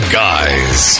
guys